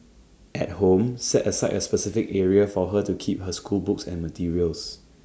at home set aside A specific area for her to keep her schoolbooks and materials